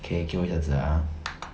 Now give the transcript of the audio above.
K 给我一下子 ah